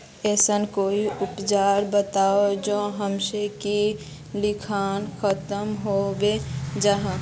ऐसन कोई उपचार बताऊं जो हमेशा के लिए खत्म होबे जाए?